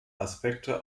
aspekte